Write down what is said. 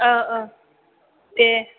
औ औ दे